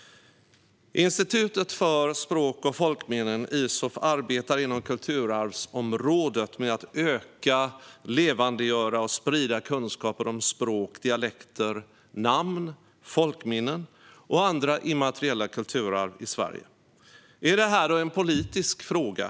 Institutet för språk och folkminnen, Isof, arbetar inom kulturarvsområdet med att öka, levandegöra och sprida kunskaper om språk, dialekter, namn, folkminnen och andra immateriella kulturarv i Sverige. Är detta en politisk fråga?